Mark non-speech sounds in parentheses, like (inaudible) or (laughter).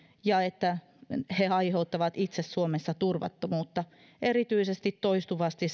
ja he itse aiheuttavat suomessa turvattomuutta erityisesti toistuvasti (unintelligible)